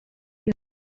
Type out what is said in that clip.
iyo